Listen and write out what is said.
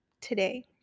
today